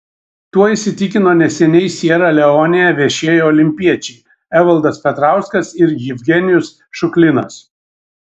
tuo įsitikino neseniai siera leonėje viešėję olimpiečiai evaldas petrauskas ir jevgenijus šuklinas